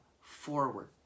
forward